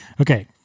Okay